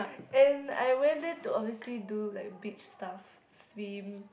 and I went there to obviously do like beach stuff swim